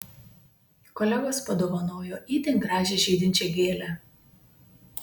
kolegos padovanojo itin gražią žydinčią gėlę